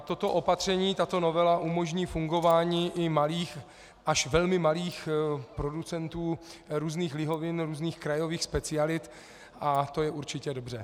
Toto opatření, tato novela, umožní fungování i malých až velmi malých producentů různých lihovin, různých krajových specialit, a to je určitě dobře.